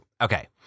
Okay